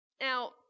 Now